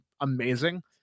amazing